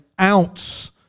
ounce